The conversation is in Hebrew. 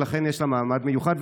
ולכן יש לה מעמד מיוחד,